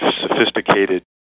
sophisticated